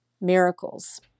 miracles